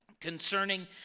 concerning